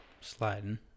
Sliding